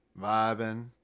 vibing